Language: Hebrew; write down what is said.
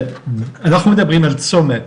אנחנו מדברים על צומת,